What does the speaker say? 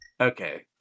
Okay